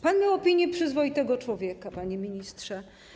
Pan miał opinię przyzwoitego człowieka, panie ministrze.